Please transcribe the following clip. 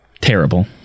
Terrible